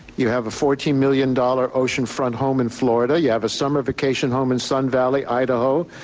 you have a fourteen million dollars ocean-front home in florida, you have a summer vacation home in sun valley, idaho,